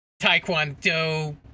taekwondo